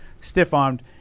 stiff-armed